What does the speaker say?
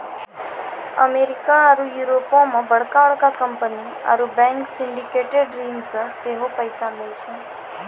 America आरु यूरोपो मे बड़का बड़का कंपनी आरु बैंक सिंडिकेटेड ऋण से सेहो पैसा लै छै